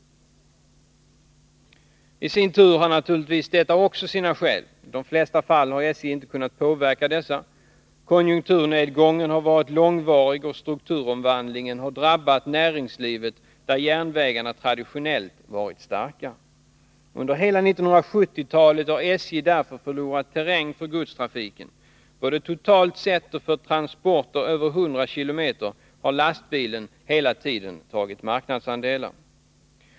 I sin tur har naturligtvis detta sina skäl. I de flesta fall har SJ inte kunnat påverka dessa. Konjunkturnedgången har varit långvarig och strukturomvandlingen har drabbat näringslivet där järnvägarna traditionellt varit starka. Under hela 1970-talet har SJ därför förlorat terräng när det gäller godstrafiken. Både totalt sett och för transporter över 100 km har lastbilen hela tiden tagit marknadsandelar.